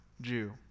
Jew